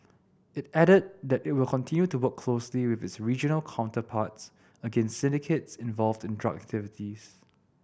it added that it will continue to work closely with its regional counterparts against syndicates involved in drug activities